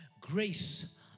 Grace